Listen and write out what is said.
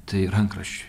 tai rankraščiai